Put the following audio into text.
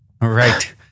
Right